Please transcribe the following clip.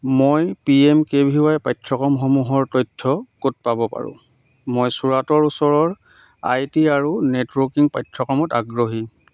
মই P M K V Y পাঠ্যক্ৰমসমূহৰ তথ্য ক'ত পাব পাৰোঁ মই চুৰাটৰ ওচৰৰ আই টি আৰু নেটৱৰ্কিং পাঠ্যক্ৰমত আগ্ৰহী